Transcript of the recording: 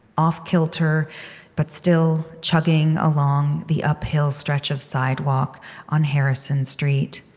off-kilter but still chugging along the uphill stretch of sidewalk on harrison street,